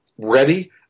ready